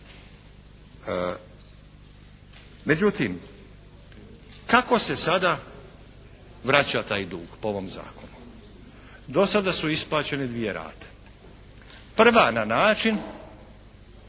Međutim, kako se sada vraća taj dug po ovom zakonu? Do sada su isplaćene dvije rate. Prva na način